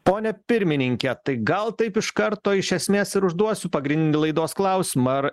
pone pirmininke tai gal taip iš karto iš esmės ir užduosiu pagrindinį laidos klausimą ar